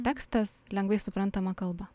tekstas lengvai suprantama kalba